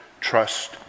trust